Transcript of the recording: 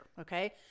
Okay